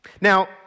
Now